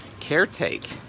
caretake